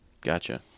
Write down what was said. Gotcha